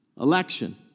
election